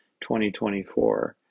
2024